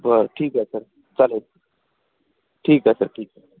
बरं ठीक आहे सर चालेल ठीक आहे सर ठीक आहे